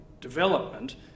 development